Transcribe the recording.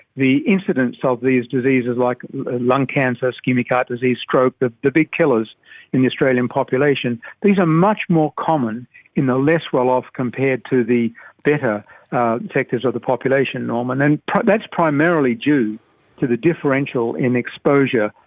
the incidence of these diseases, like lung cancer, so ischaemic heart disease, stroke, the the big killers in the australian population, these are much more common in the less well-off compared to the better well-off and sectors of the population, norman, and that's primarily due to the differential in exposure.